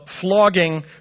flogging